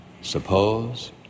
Suppose